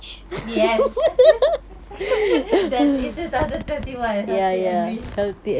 yes dah it's two thousand and twenty one healthy and rich